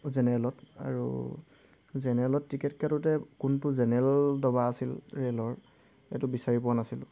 জেনেৰেলত আৰু জেনেৰেলত টিকেট কাটোঁতে কোনটো জেনেৰেল দবা আছিল ৰে'লৰ এইটো বিচাৰি পোৱা নাছিলোঁ